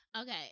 Okay